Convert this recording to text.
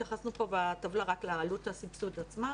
התייחסנו פה בטבלה רק לעלות הסבסוד עצמה